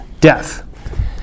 death